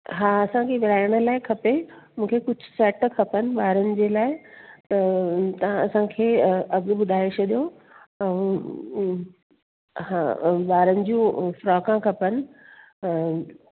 हा असांखे विरिहाइण लाइ खपे मूंखे कुझु सैट खपनि ॿारनि जे लाइ त तव्हां असांखे अघु ॿुधाए छॾियो ऐं हा ॿारनि जूं फ्रॉक खपनि ऐं